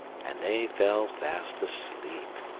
and they fell fast asleep.